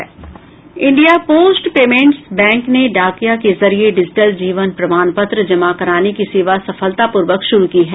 India post payments bank ने डाकिया के जरिए डिजिटल जीवन प्रमाण पत्र जमा कराने की सेवा सफलतापूर्वक श्रु की है